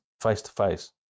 face-to-face